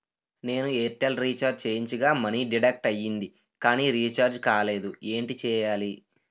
నేను Airtel recharge చేయించగా money deduct అయ్యింది కానీ రీఛార్జ్ కాలేదు ఏంటి చేయాలి?